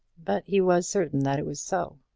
but he was certain that it was so.